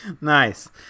Nice